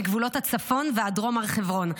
מגבולות הצפון ועד דרום הר חברון.